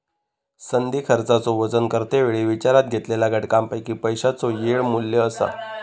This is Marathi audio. संधी खर्चाचो वजन करते वेळी विचारात घेतलेल्या घटकांपैकी पैशाचो येळ मू्ल्य असा